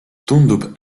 tundub